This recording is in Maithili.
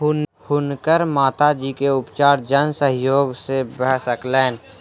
हुनकर माता जी के उपचार जन सहयोग से भ सकलैन